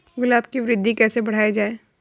गुलाब की वृद्धि कैसे बढ़ाई जाए?